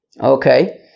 Okay